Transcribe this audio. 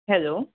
hello